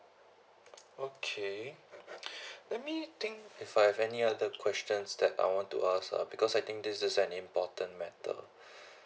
okay let me think if I have any other questions that I want to ask ah because I think this is an important matter